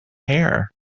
hair